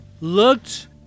looked